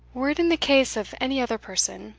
were it in the case of any other person,